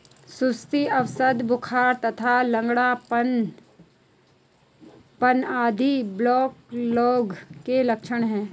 सुस्ती, अवसाद, बुखार तथा लंगड़ापन आदि ब्लैकलेग के लक्षण हैं